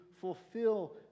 fulfill